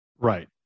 Right